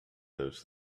those